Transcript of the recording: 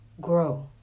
grow